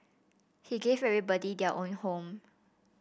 he gave everybody their own home